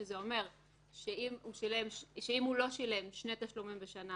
שזה אומר שאם הוא לא שילם שני תשלומים בשנה,